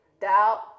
doubt